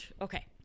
okay